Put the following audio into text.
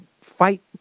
fight